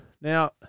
Now